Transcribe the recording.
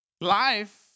Life